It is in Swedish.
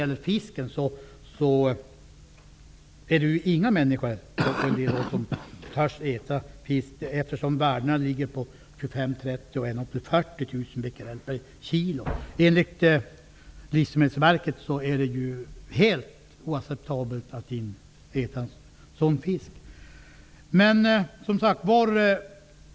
Människorna törs i synnerhet inte äta fisken, eftersom värdena för den ligger på ända upp till 40 000 Bq per kilo. Enligt Livsmedelsverket är det helt oacceptabelt att äta sådan fisk.